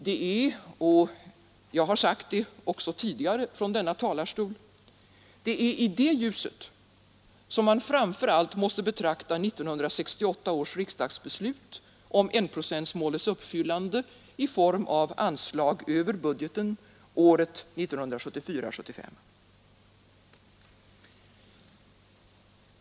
Det är — jag har sagt det också tidigare från denna talarstol — i det ljuset som man framför allt måste betrakta 1968 års riksdagsbeslut om enprocentsmålets uppfyllande, i form av anslag över budgeten, året 1974/75.